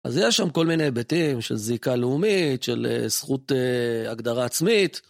אז היה שם כל מיני היבטים של זיקה לאומית, של זכות הגדרה עצמית.